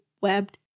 webbed